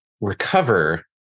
recover